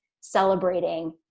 celebrating